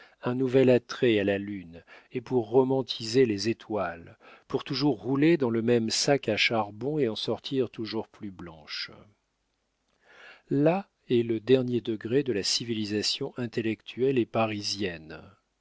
un nouvel attrait à la lune et pour romantiser les étoiles pour toujours rouler dans le même sac à charbon et en sortir toujours plus blanches là est le dernier degré de la civilisation intellectuelle et parisienne